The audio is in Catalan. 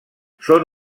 són